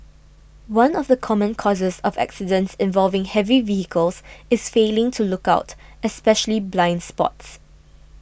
one of the common causes of accidents involving heavy vehicles is failing to look out especially blind spots